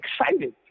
excited